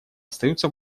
остаются